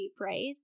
right